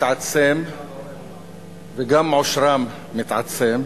מתעצם וגם עושרם מתעצם.